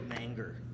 anger